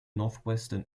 northwestern